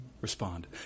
respond